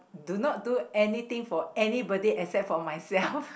do not do anything for anybody except for myself